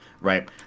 Right